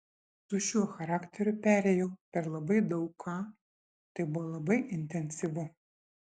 su šiuo charakteriu perėjau per labai daug ką tai buvo labai intensyvu